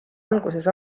alguses